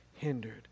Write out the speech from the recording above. hindered